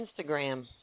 Instagram